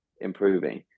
improving